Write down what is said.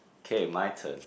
okay my turn